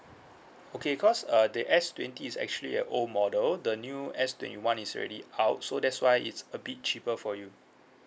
okay cause uh the S twenty is actually an old model the new S twenty one is already out so that's why it's a bit cheaper for you